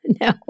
No